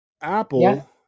apple